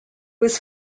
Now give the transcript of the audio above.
was